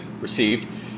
received